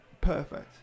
Perfect